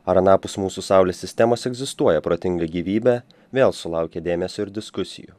ar anapus mūsų saulės sistemos egzistuoja protinga gyvybė vėl sulaukė dėmesio ir diskusijų